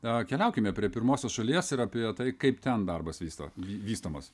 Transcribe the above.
a keliaukime prie pirmosios šalies ir apie tai kaip ten darbas vyksta vystomas